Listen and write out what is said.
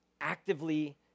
actively